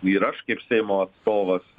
ir aš kaip seimo atstovas